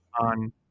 On